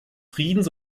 friedens